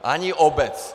Ani obec.